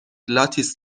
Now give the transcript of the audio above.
لاتیس